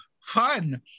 fun